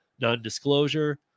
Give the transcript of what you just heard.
non-disclosure